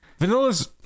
Vanillas